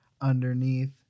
underneath